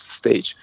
stage